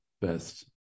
best